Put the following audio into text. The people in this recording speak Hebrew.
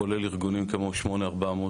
כולל ארגונים כמו 8400,